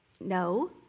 No